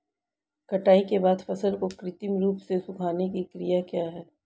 कटाई के बाद फसल को कृत्रिम रूप से सुखाने की क्रिया क्या है?